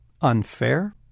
unfair